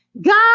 God